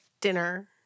dinner